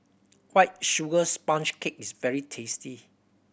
White Sugar Sponge Cake is very tasty